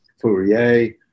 Fourier